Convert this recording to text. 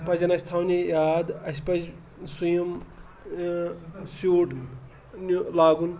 پَزن اَسہِ تھاونہِ یاد اَسہِ پَزِ سُیِم سیوٗٹ لاگُن